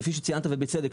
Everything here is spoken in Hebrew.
כפי שציינת ובצדק,